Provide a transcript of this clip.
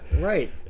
Right